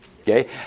Okay